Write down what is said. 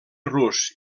rus